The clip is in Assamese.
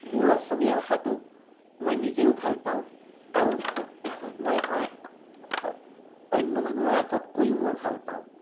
মোৰ অসমীয়া ভাষাটো মই নিজেও ভাল পাওঁ আৰু মই আই অন্য মানুহৰ আগত কৈয়ো মই ভাল পাওঁ